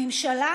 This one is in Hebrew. הממשלה